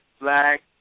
black